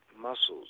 muscles